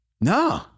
No